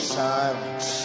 silence